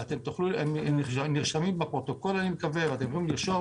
הם נרשמים בפרוטוקול ואתם יכולים לרשום